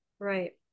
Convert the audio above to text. Right